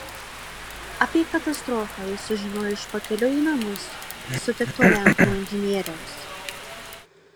apie katastrofą jis sužinojo iš pakeliui į namus sutikto lenko inžinieriaus